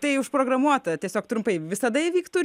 tai užprogramuota tiesiog trumpai visada įvykt turi